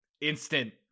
instant